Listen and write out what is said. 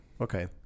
Okay